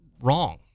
wrong